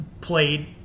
played